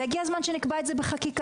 והגיע הזמן שנקבע את זה בחקיקה,